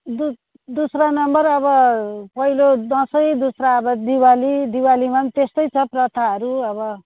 दु दोस्रो नम्बर अब पहिलो दसैँ दोस्रो अब दीपावली दीवपालीमा त्यस्तै छ प्रथाहरू अब